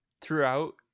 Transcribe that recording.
throughout